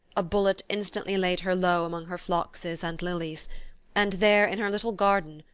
a bullet instantly laid her low among her phloxes and lilies and there, in her little garden,